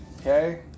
Okay